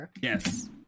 Yes